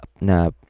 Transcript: na